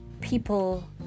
people